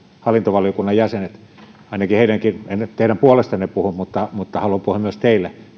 hallintovaliokunnan jäsenet en nyt teidän puolestanne puhu mutta mutta haluan puhua myös teille